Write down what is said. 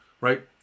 right